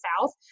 South